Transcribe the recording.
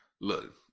Look